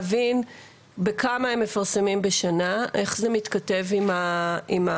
אני אשמח לקבל דו"ח ולהבין בכמה הם מפרסמים בשנה ואיך זה מתכתב עם החוק.